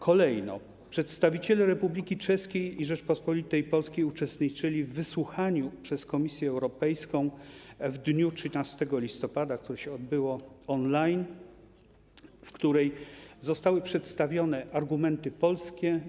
Kolejno przedstawiciele Republiki Czeskiej i Rzeczypospolitej Polskiej uczestniczyli w wysłuchaniu przez Komisję Europejską w dniu 13 listopada, które odbyło się online, podczas którego zostały przedstawione argumenty strony polskiej.